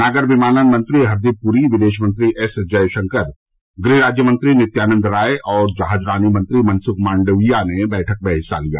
नागर विमानन मंत्री हरदीप पुरी विदेश मंत्री एस जयशंकर गृह राज्यमंत्री नित्यानंद राय और जहाजरानी मंत्री मनसुख मंडाविया ने बैठक में हिस्सा लिया